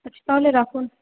আচ্ছা তাহলে রাখুন